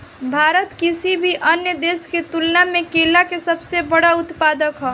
भारत किसी भी अन्य देश की तुलना में केला के सबसे बड़ा उत्पादक ह